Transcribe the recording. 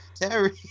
terry